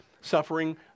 suffering